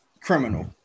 criminal